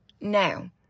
now